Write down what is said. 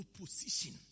opposition